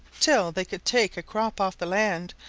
till they could take a crop off the land,